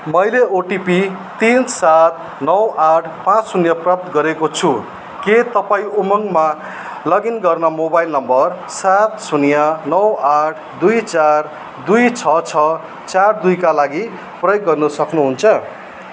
मैले ओटिपी तिन सात नौ आठ पाँच शून्य प्राप्त गरेको छु के तपाईँँ उमङमा लगइन गर्न मोबाइल नम्बर सात शून्य नौ आठ दुई चार दुई छ छ चार दुईका लागि प्रयोग गर्न सक्नुहुन्छ